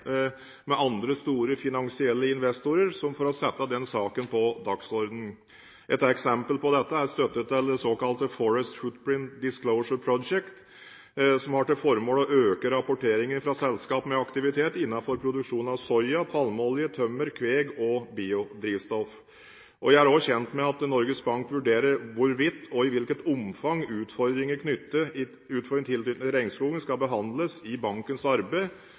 med andre store finansielle investorer for å sette den saken på dagsordenen. Et eksempel på dette er støtten til det såkalte Forest Footprint Disclosure Project, som har til formål å øke rapporteringen fra selskap med aktivitet innenfor produksjon av soya, palmeolje, tømmer, kveg og biodrivstoff. Jeg er også kjent med at Norges Bank vurderer hvorvidt og i hvilket omfang utfordringer knyttet til regnskogen skal behandles i bankens arbeid